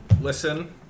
Listen